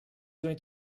going